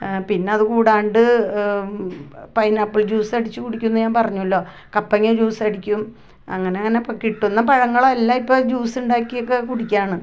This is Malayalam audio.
പിന്നത് കൂടാണ്ട് പൈനാപ്പിൾ ജ്യൂസടിച്ച് കുടിക്കുന്ന് ഞാൻ പറഞ്ഞല്ലോ കപ്പങ്ങ ജ്യൂസടിക്കും അങ്ങനങ്ങനെ കിട്ടുന്ന പഴങ്ങളെല്ലാം ഇപ്പം ജ്യൂസ് ഉണ്ടാക്കിയൊക്കെ കുടിക്കുകയാണ്